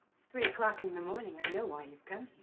three o'clock in in the morning. i know why you've come